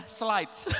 slides